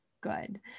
good